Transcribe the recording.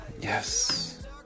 Yes